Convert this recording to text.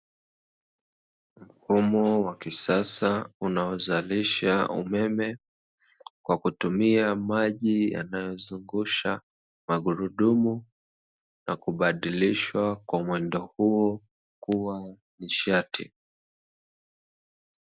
Mfumo wa kisasa unaozalisha umeme kwa kutumia maji yanayozungusha magurudumu na kubadilishwa kwa mwendo huo kuwa nishati.